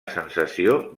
sensació